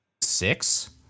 Six